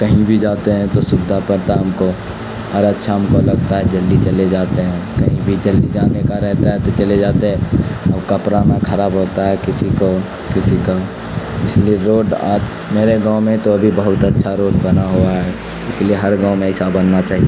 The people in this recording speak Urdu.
کہیں بھی جاتے ہیں تو سودھا پڑتا ہے ہم کو اور اچھا ہم کو لگتا ہے جلدی چلے جاتے ہیں کہیں بھی جلدی جانے کا رہتا ہے تو چلے جاتے اور کپڑا نہ خراب ہوتا ہے کسی کو کسی کا اس لیے روڈ آج میرے گاؤں میں تو ابھی بہت اچھا روڈ بنا ہوا ہے اس لیے ہر گاؤں میں ایسا بننا چاہیے